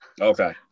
Okay